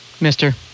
Mister